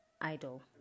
idol